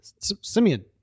Simeon